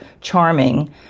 charming